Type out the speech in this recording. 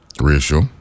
Ratio